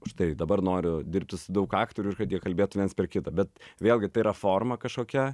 štai dabar noriu dirbti su daug aktorių ir kad jie kalbėtų viens per kitą bet vėlgi tai yra forma kažkokia